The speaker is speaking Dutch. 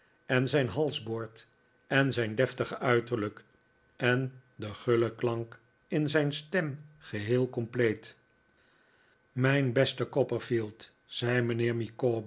en zijn halsboord en zijn deftige uiterlijk en den gullen klank in zijn stem geheel compleet mijn beste copperfield zei mijnheer